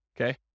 okay